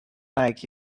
like